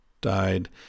died